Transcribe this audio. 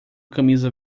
camisa